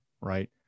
right